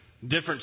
Different